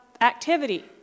activity